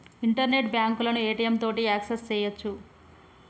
internet బాంకులను ATM తోటి access సెయ్యొచ్చు